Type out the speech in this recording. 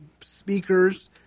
speakers